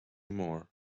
more